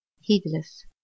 heedless